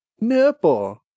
Nipple